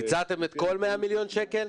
ביצעתם את כל ה-100 מיליון שקלים?